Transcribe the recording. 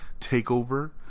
takeover